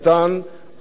ארוחת חינם,